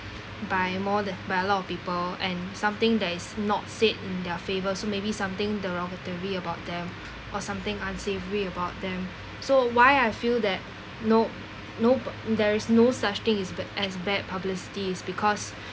by more th~ by a lot of people and something that is not said in their favour so maybe something derogatory about them or something unsavoury about them so why I feel that no no there is no such thing is ba~ as bad publicity is because